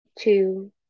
two